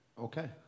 Okay